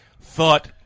Thought